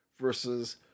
versus